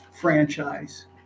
franchise